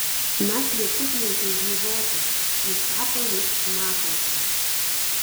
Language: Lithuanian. mes lietuvninkai vyžoti nusako jis metuose